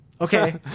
Okay